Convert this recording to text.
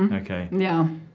ok. yeah,